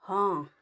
ହଁ